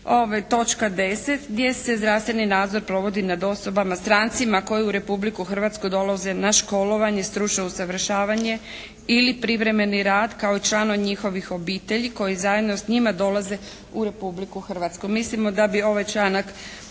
točka 10. gdje se zdravstveni nadzor provodi nad osobama strancima koji u Republiku Hrvatsku dolaze na školovanje, stručno usavršavanje ili privremeni rad kao i članovi njihovih obitelji koji zajedno s njima dolaze u Republiku Hrvatsku.